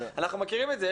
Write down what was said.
אנחנו מכירים את זה.